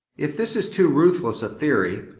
if this is too ruthless a theory,